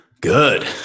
Good